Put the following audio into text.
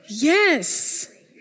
Yes